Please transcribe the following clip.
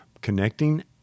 connecting